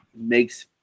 makes